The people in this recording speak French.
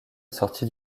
assorti